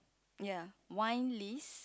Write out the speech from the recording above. ya wine list